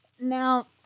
Now